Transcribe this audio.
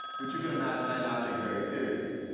which you can imagine i now take very seriously.